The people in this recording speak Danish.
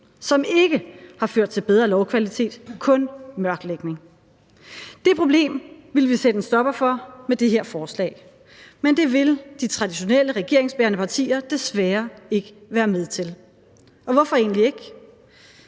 som ikke har ført til bedre lovkvalitet, kun mørklægning. Det problem ville vi sætte en stopper for med det her forslag, men det vil de traditionelle regeringsbærende partier desværre ikke være med til. Og hvorfor egentlig ikke?